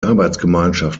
arbeitsgemeinschaft